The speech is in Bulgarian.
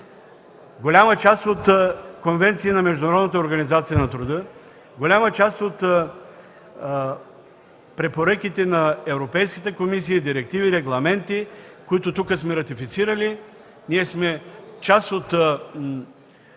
голяма част от конвенциите на Международната организация на труда, голяма част от препоръките на Европейската комисия, директиви, регламенти, които сме ратифицирали. Голяма част от